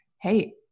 hey